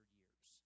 years